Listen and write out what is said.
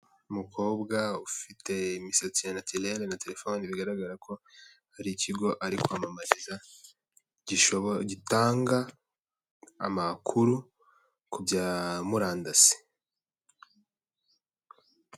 Umukobwa ufite imisatsi ya natirere na telefone, bigaragara ko hari ikigo ari kwamamariza gitanga amakuru ku bya murandasi.